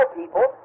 people